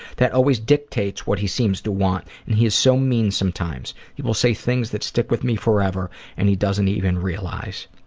that always dictates what he seems to want. and he is so mean sometimes. he will say things that will stick with me forever and he doesn't even realize.